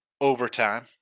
overtime